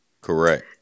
correct